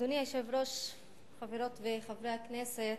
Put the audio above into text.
אדוני היושב-ראש, חברות וחברי הכנסת,